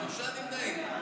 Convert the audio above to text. שלושה נמנעים.